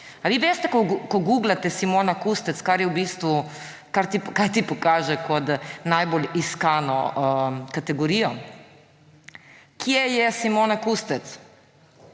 Ali vi veste, ko googlate Simona Kustec, kaj ti pokaže kot najbolj iskano kategorijo? »Kje je Simona Kustec?«,